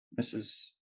Mrs